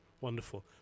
wonderful